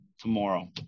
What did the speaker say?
tomorrow